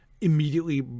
immediately